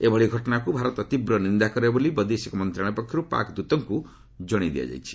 ଏଭଳି ଘଟଣାକୁ ଭାରତ ତୀବ୍ର ନିନ୍ଦା କରେ ବୋଲି ବୈଦେଶିକ ମନ୍ତ୍ରଣାଳୟ ପକ୍ଷରୁ ପାକ୍ ଦୂତଙ୍କୁ ଜଣାଇ ଦିଆଯାଇଛି